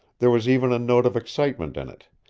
there was even a note of excitement in it,